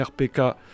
RPK